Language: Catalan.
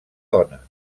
dones